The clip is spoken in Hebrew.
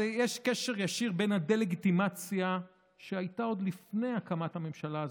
יש קשר ישיר בין הדה-לגיטימציה שהייתה עוד לפני הקמת הממשלה הזאת,